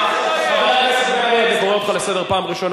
חבר הכנסת בן-ארי, אני קורא אותך לסדר פעם ראשונה.